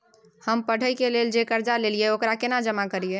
हम पढ़े के लेल जे कर्जा ललिये ओकरा केना जमा करिए?